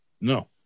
No